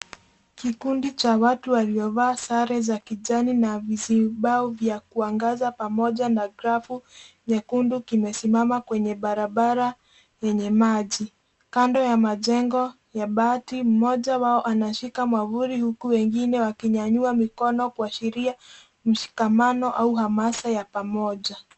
KIkundi cha watu walivaa sare za kijani na vizibao vya kuangaza pamoja na grafu nyekundu kimesimama kwenye barabara enye maji. kando ya majengo ya bati moja wao anashika mwavuli huku wengine wakinyanyua mikono kuashiria mshikamano au hamasa ya pamoja.